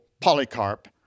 Polycarp